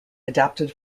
adapted